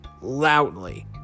loudly